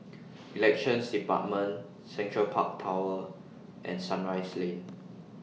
Elections department Central Park Tower and Sunrise Lane